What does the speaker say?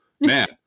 man